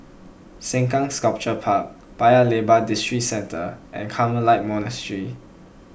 Sengkang Sculpture Park Paya Lebar Districentre and Carmelite Monastery